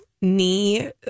knee